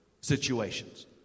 situations